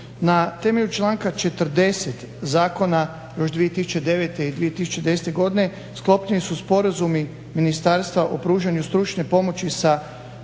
Na temelju članka 30. zakona još 2009. i 2010. godine sklopljeni su sporazumi ministarstva o pružanju stručne pomoći sa